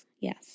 Yes